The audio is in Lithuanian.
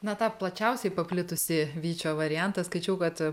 na tai plačiausiai paplitusį vyčio variantą skaičiau kad